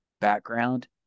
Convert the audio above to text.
background